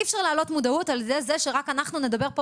אי-אפשר להעלות מודעות על ידי זה שרק אנחנו נדבר פה